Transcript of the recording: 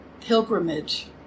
pilgrimage